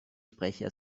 sprecher